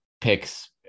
picks